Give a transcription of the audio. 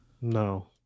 No